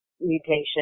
mutation